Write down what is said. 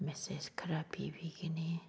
message ꯈꯔ ꯄꯤꯕꯤꯒꯅꯤ